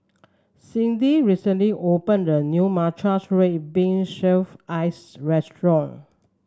Cindy recently opened a new Matcha Red Bean Shaved Ice restaurant